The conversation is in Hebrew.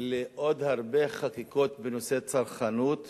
לעוד הרבה חקיקות בנושאי צרכנות